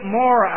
more